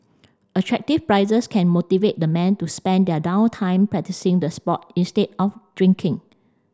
attractive prizes can motivate the men to spend their down time practising the sport instead of drinking